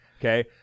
Okay